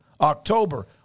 October